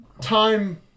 time